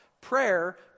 Prayer